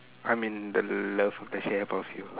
I'm in the love of the shape of you